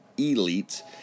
elite